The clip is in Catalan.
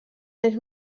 anys